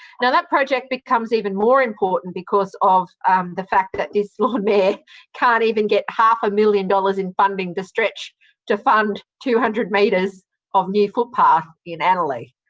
now that project becomes even more important, because of the fact that this lord mayor can't even get half a million dollars in funding to stretch to fund two hundred metres of new footpath in annerley.